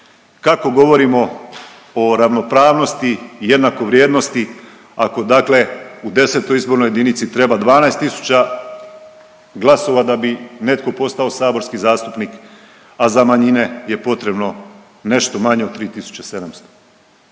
Kako govorimo o ravnopravnosti i jednakovrijednosti ako dakle u X. izbornoj jedinici treba 12 tisuća glasova da bi netko poslao saborski zastupnik, a za manjine je potrebno nešto manje od 3.700.